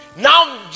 Now